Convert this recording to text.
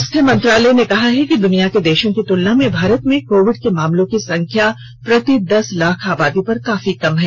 स्वास्थ्य मंत्रालय ने कहा है कि दुनिया के देशों की तुलना में भारत में कोविड के मामलों की संख्या प्रति दस लाख आबादी पर काफी कम है